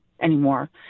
anymore